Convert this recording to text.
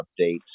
updates